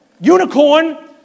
Unicorn